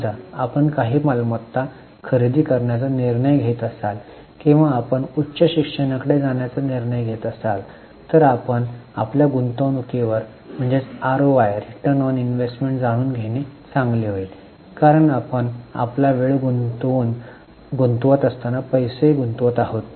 समजा आपण काही मालमत्ता खरेदी करण्याचा निर्णय घेत असाल किंवा आपण उच्च शिक्षणाकडे जाण्याचा निर्णय घेत असाल तर आपण आपल्या गुंतवणुकीवर आरओआय जाणून घेणे चांगले होईल कारण आपण आपला वेळ गुंतवत असताना पैसे गुंतवत आहात